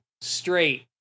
straight